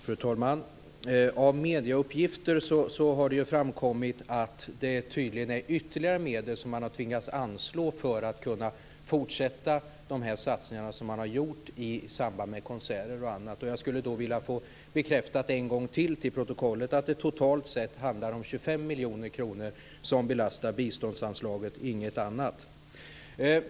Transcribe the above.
Fru talman! Av medieuppgifter har det framkommit att det tydligen är ytterligare medel som man har tvingats anslå för att kunna fortsätta de satsningar som man har gjort i samband med konserter och annat. Jag skulle då vilja få bekräftat ytterligare en gång till protokollet att det totalt sett handlar om 25 miljoner kronor som belastar biståndsanslaget - inget annat.